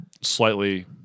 slightly